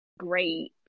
Great